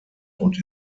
und